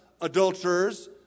adulterers